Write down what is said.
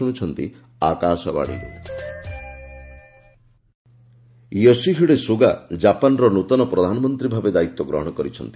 Japan PM Yoshihide Suga ଜାପାନର ନୂତନ ପ୍ରଧାନମନ୍ତ୍ରୀ ଭାବେ ଦାୟିତ୍ୱ ଗ୍ରହଣ କରିଛନ୍ତି